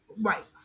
right